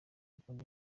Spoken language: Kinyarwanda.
gukunda